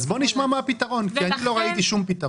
אז בואי נשמע מה הפתרון כי אני לא ראיתי פתרון.